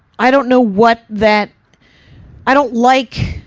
i don't know what that i don't like,